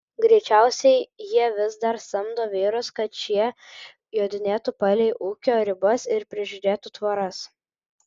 greičiausiai jie vis dar samdo vyrus kad šie jodinėtų palei ūkio ribas ir prižiūrėtų tvoras